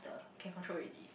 can control already